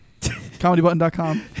Comedybutton.com